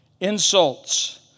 insults